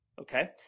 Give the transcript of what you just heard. okay